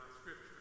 scripture